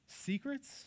Secrets